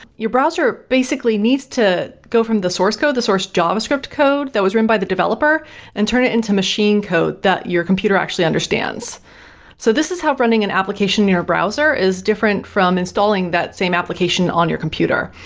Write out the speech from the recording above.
your browser basically needs to go from the source code, the source java script code that was run by the developer and turn it into machine code that your computer actually understands so this is how running an application in your browser is different from installing that same application on your computer.